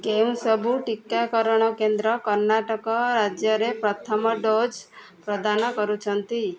କେଉଁ ସବୁ ଟିକାକରଣ କେନ୍ଦ୍ର କର୍ଣ୍ଣାଟକ ରାଜ୍ୟରେ ପ୍ରଥମ ଡୋଜ୍ ପ୍ରଦାନ କରୁଛନ୍ତି